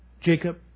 Jacob